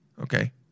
okay